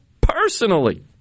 personally